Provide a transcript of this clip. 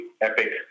EPIC